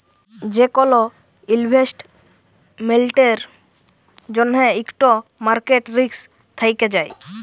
যে কল ইলভেস্টমেল্টের জ্যনহে ইকট মার্কেট রিস্ক থ্যাকে যায়